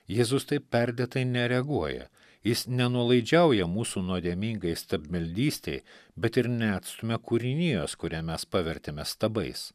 jėzus taip perdėtai nereaguoja jis nenuolaidžiauja mūsų nuodėmingai stabmeldystei bet ir neatstumia kūrinijos kurią mes pavertėme stabais